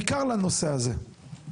בעיקר לנושא הזה.